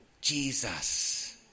Jesus